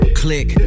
click